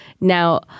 Now